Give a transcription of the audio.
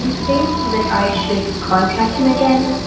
you think that i should contact him again.